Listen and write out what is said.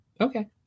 Okay